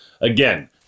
Again